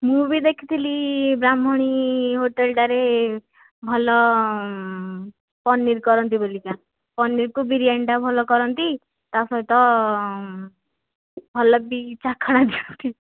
ମୁଁ ବି ଦେଖିଥିଲି ବ୍ରାହ୍ମଣୀ ହୋଟେଲ୍ଟାରେ ଭଲ ପନିର୍ କରନ୍ତି ବୋଲିକା ପନିର୍କୁ ବିରିୟାନୀଟା ଭଲ କରନ୍ତି ତା'ସହିତ ଭଲ ବି ଚାଖଣା ଦିଅନ୍ତି